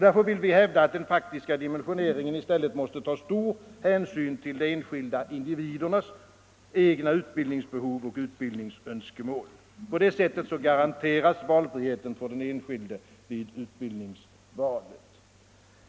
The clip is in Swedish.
Därför vill vi hävda att den faktiska dimensioneringen i stället måste ta stor hänsyn till de enskilda individernas egna utbildningsbehov och utbildningsönskemål. På det sättet garanteras valfriheten för den enskilde vid utbildningsvalet.